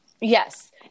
Yes